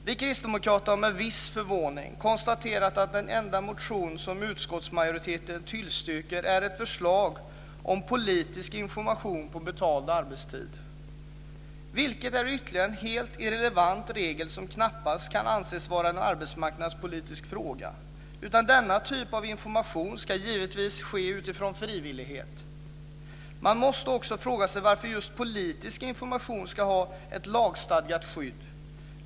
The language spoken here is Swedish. Vi kristdemokrater har med viss förvåning konstaterat att den enda motion som utskottsmajoriteten tillstyrker är ett förslag om politisk information på betald arbetstid. Detta är ytterligare en helt irrelevant regel som knappast kan anses vara en arbetsmarknadspolitisk fråga. Denna typ av information ska givetvis ske utifrån frivillighet. Man måste också fråga sig varför just politisk information ska ha ett lagstadgat skydd.